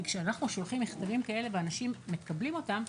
כי כשאנחנו שולחים מכתבים כאלו ואנשים מקבלים אותם,